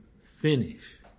finish